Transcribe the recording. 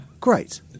Great